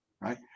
right